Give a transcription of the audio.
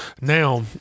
Now